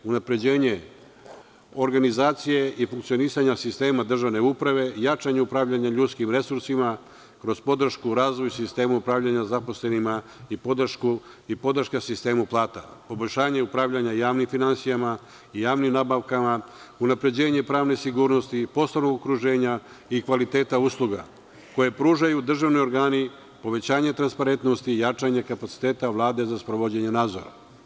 Unapređenje organizacije i funkcionisanja sistema državne uprave, jačanje upravljanja ljudskim resursima uz podršku razvoja sistema upravljanja zaposlenih i podrška sistemu plata, poboljšanju upravljanja javnim finansijama i javnim nabavkama, unapređenje pravne sigurnosti i poslovnog okruženja i kvaliteta usluga koje pružaju državni organi, povećanje transparentnosti i jačanje kapaciteta Vlade za sprovođenje nadzora.